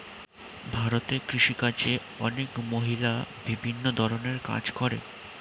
ভারতে কৃষিকাজে অনেক মহিলা বিভিন্ন ধরণের কাজ করে